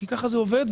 כי ככה זה עובד.